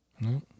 No